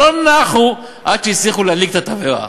לא נחו עד שהצליחו להדליק את התבערה.